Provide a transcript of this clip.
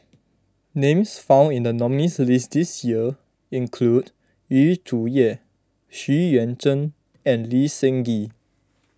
names found in the nominees' list this year include Yu Zhuye Xu Yuan Zhen and Lee Seng Gee